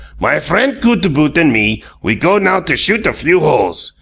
my friend cootaboot and me we go now to shoot a few holes.